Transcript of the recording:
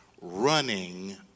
Running